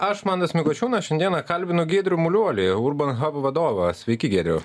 aš mantas mikūčiūnas šiandieną kalbinu giedrė muliuolį urban hab vadovą sveiki giedriau